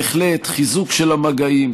בהחלט יש חיזוק של המגעים,